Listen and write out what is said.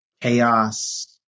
chaos